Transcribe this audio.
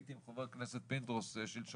הייתי שם עם חבר הכנסת פינדרוס שלשום,